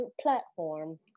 platform